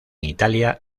italia